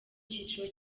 cyiciro